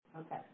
Okay